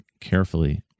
carefully